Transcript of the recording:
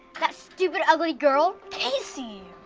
that stupid, ugly girl. casey.